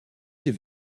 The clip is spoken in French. des